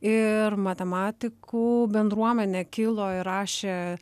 ir matematikų bendruomenė kilo ir rašė